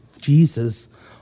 Jesus